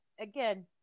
again